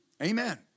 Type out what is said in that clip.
Amen